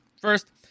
First